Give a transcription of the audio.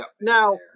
Now